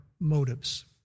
motives